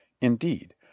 Indeed